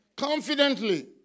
Confidently